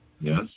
Yes